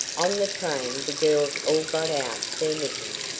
on the train the girls all got out their knitting,